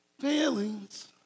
Feelings